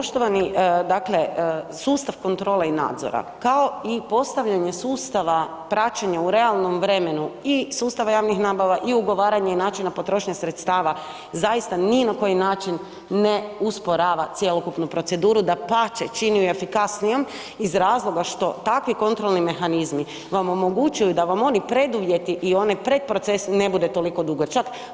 Poštovani, dakle, sustav kontrole i nadzora, kao i postavljanja sustava praćenja u realnom vremenu i sustava javnih nabava i ugovaranje načina potrošnje sredstava zaista ni na koji način ne usporava cjelokupnu proceduru, dapače, čini ju efikasnijom iz razloga što takvi kontrolni mehanizmi vam omogućuju da vam oni preduvjeti i onaj predproces ne bude toliko dugačak.